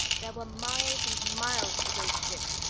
there were miles and miles of the great ships,